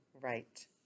right